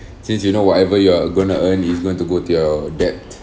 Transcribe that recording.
since you know whatever you're gonna earn is going to go to your debt